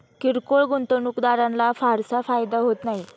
किरकोळ गुंतवणूकदाराला फारसा फायदा होत नाही